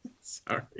sorry